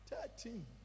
Thirteen